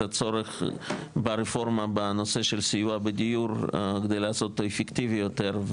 הצורך ברפורמה בנושא של סיוע בדיור כדי לעשות אותו אפקטיבי יותר,